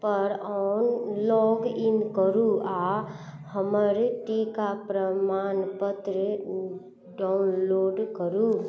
per on log in करू आओर हमर टीका प्रमाण पत्र डाउनलोड करू